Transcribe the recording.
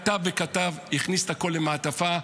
הוא הכניס הכול למעטפה.